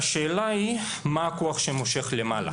השאלה היא מה הכוח שמושך למעלה,